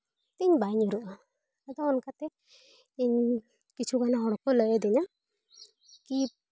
ᱩᱵ ᱛᱤᱧ ᱵᱟᱭ ᱧᱩᱨᱩᱜᱟ ᱟᱫᱚ ᱚᱱᱠᱟ ᱛᱮ ᱤᱧ ᱠᱤᱪᱷᱩᱜᱟᱱ ᱦᱚᱲ ᱠᱚ ᱞᱟᱹᱭᱟᱫᱤᱧᱟ ᱠᱤ